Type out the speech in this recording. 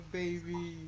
baby